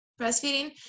breastfeeding